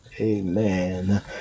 amen